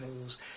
news